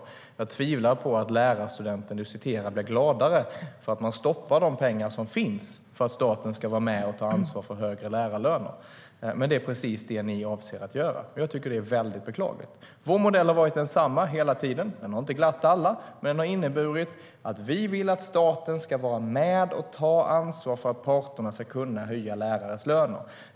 STYLEREF Kantrubrik \* MERGEFORMAT Utbildning och universitetsforskningVår modell har varit densamma hela tiden. Den har inte glatt alla, men den har inneburit att vi vill att staten ska vara med och ta ansvar för att parterna ska kunna höja lärarnas löner.